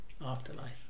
afterlife